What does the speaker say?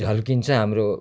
झल्किन्छ हाम्रो